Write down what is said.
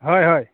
হয় হয়